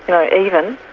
you know, even.